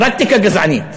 פרקטיקה גזענית.